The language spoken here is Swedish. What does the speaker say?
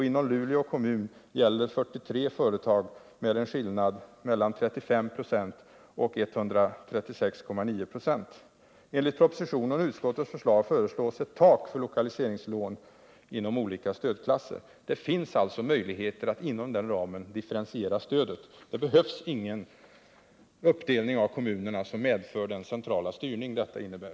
Inom Luleå har stöd givits 43 företag med variationer från 35 96 till 136,9 96. Enligt propositionen och utskottet föreslås ett tak för t.ex. lokaliseringslån inom olika stödklasser. Det finns alltså möjligheter att inom den ramen differentiera stödet. Det behövs ingen uppdelning av kommunerna med den centrala styrning detta innebär.